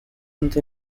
not